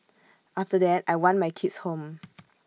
after that I want my kids home